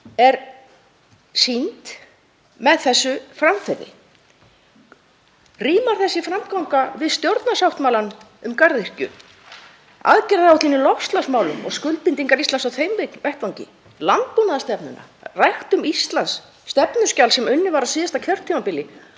er sýnd með þessu framferði. Rímar þessi framganga við stjórnarsáttmálann um garðyrkju, aðgerðaáætlun í loftslagsmálum og skuldbindingar Íslands á þeim vettvangi, landbúnaðarstefnuna, Ræktum Ísland, stefnuskjal sem unnið var á síðasta kjörtímabili